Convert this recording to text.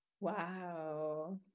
Wow